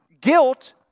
Guilt